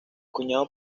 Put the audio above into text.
cuñado